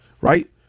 right